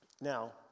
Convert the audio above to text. Now